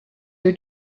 your